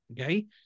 okay